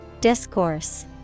Discourse